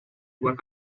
doit